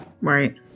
Right